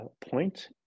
point